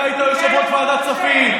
אתה היית יושב-ראש ועדת הכספים,